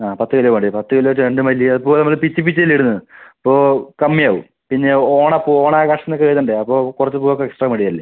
ആ പത്ത് കിലോ വേണ്ടി വരും പത്ത് കിലോ ചെണ്ടുമല്ലി അപ്പോൾ നമ്മള് പിച്ചി പിച്ചി അല്ലെ ഇടുന്നത് അപ്പോൾ കമ്മി ആവും പിന്നെ ഓണപ്പൂ ഓണാഘോഷമെന്നൊക്കെ എഴുതണ്ടേ അപ്പോൾ കുറച്ച് പൂ ഒക്കെ എക്സ്ട്രാ വേണ്ടി വരില്ലെ